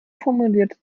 formuliert